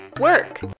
work